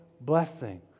blessing